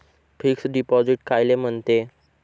Fix deposit कायले म्हनते?